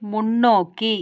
முன்னோக்கி